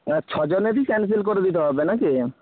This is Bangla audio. হ্যাঁ ছজনেরই ক্যানসেল করে দিতে হবে না কি